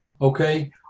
Okay